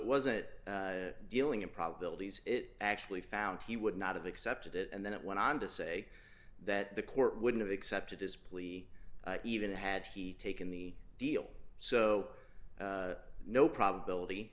wasn't dealing in probabilities it actually found he would not have accepted it and then it went on to say that the court wouldn't have accepted this plea even had he taken the deal so no probability